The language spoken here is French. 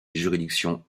juridiction